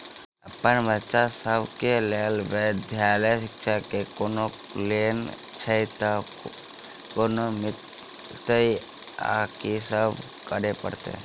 अप्पन बच्चा सब केँ लैल विधालय शिक्षा केँ कोनों लोन छैय तऽ कोना मिलतय आ की सब करै पड़तय